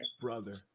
brother